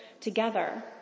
together